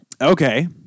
Okay